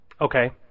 Okay